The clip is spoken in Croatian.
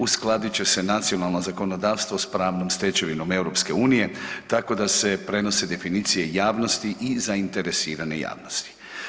Uskladit će se nacionalno zakonodavstvo s pravnom stečevinom EU tako da se prenose definicije javnosti i zainteresirane javnosti.